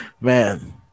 Man